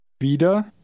Wieder